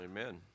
Amen